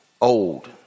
old